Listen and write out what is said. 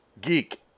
Geek